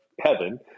heaven